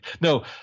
No